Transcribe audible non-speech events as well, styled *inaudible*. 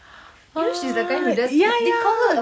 *noise* ah ya ya